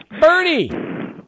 Bernie